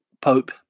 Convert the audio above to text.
Pope